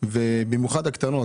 במיוחד הקטנות,